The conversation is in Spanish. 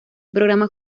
programas